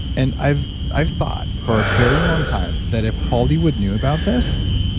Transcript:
and i've i've thought for a very long time that if hollywood knew about this.